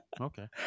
Okay